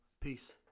Peace